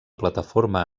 plataforma